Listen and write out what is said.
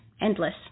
endless